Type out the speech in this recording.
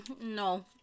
no